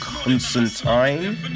Constantine